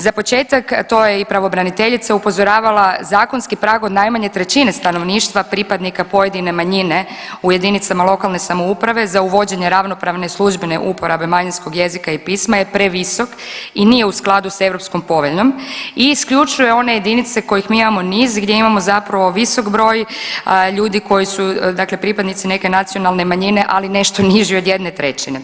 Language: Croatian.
Za početak to je i pravobraniteljica upozoravala, zakonski prag od najmanje trećine stanovništva pripadnika pojedine manjine u jedinicama lokalne samouprave za uvođenje ravnopravne službene uporabe manjinskog jezika i pisma je previsok i nije u skladu sa europskom poveljom i isključuje one jedinice kojih mi imamo niz gdje imamo visok broj ljudi koji su pripadnici neke nacionalne manjine, ali nešto niži od jedne trećine.